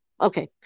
Okay